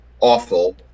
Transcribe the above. awful